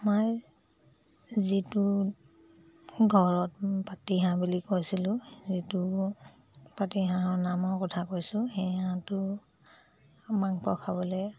মই যিটো ঘৰত পাতি হাঁহ বুলি কৈছিলোঁ যিটো পাতি হাঁহৰ নামৰ কথা কৈছোঁ সেই হাঁহটো মাংস খাবলৈ